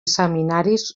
seminaris